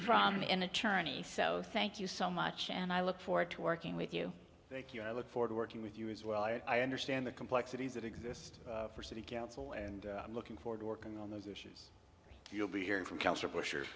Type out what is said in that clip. from an attorney so thank you so much and i look forward to working with you thank you i look forward to working with you as well i understand the complexities that exist for city council and i'm looking forward to working on those issues or you'll be hearing from cancer bush or